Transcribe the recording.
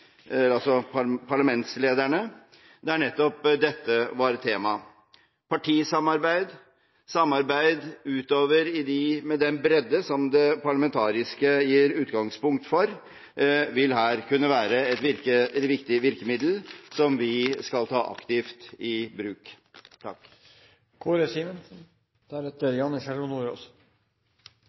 parlamentslederne, der nettopp dette var et tema. Partisamarbeid, samarbeid utover dette med den bredde som det parlamentariske arbeidet gir utgangspunkt for, vil her kunne være et viktig virkemiddel som vi skal ta aktivt i bruk.